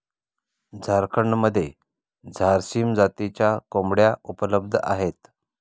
झारखंडमध्ये झारसीम जातीच्या कोंबड्या उपलब्ध आहेत